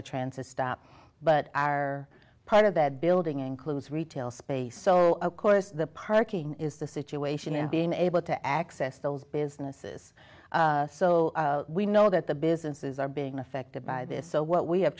a transit stop but our part of that building includes retail space so of course the parking is the situation and being able to access those businesses so we know that the businesses are being affected by this so what we have